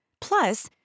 Plus